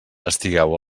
estigueu